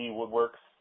Woodworks